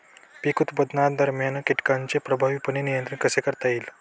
पीक उत्पादनादरम्यान कीटकांचे प्रभावीपणे नियंत्रण कसे करता येईल?